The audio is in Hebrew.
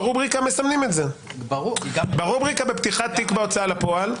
מסמנים את זה ברובריקה בפתיחת תיק בהוצאה לפועל.